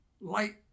light